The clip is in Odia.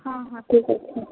ହଁ ହଁ ଠିକ୍ ଅଛି